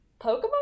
Pokemon